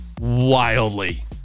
wildly